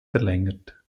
verlängert